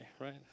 Right